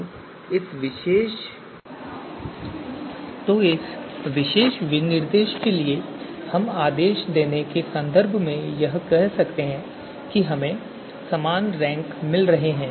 तो इस विशेष विनिर्देश के लिए हम आदेश देने के संदर्भ में कह सकते हैं कि हमें समान रैंक मिल रही है